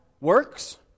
works